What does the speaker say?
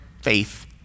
faith